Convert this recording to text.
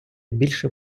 більше